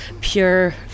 pure